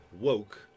woke